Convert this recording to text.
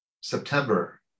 September